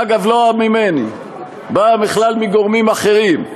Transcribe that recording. אגב, לא ממני, באה בכלל מגורמים אחרים.